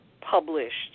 published